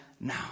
now